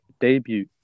debut